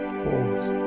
pause